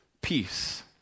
peace